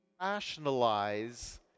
rationalize